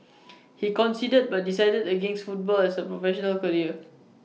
he considered but decided against football as A professional career